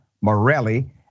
Morelli